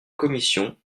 commission